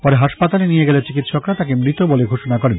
পরে হাসপাতালে নিয়ে গেলে চিকিৎসকরা তাকে মৃত বলে ঘোষণা করেন